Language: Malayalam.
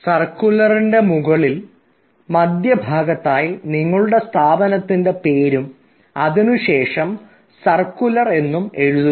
സർക്കുലറിൻറെ മുകളിൽ മധ്യഭാഗത്തായി നിങ്ങളുടെ സ്ഥാപനത്തിൻറെ പേരും അതിനുശേഷം സർക്കുലർ എന്നും എഴുതുക